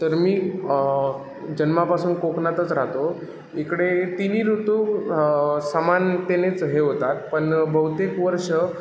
तर मी जन्मापासून कोकणातच राहतो इकडे तिन्ही ऋतू समानतेनेच हे होतात पण बहुतेक वर्ष